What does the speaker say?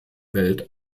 welt